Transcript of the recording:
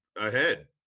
ahead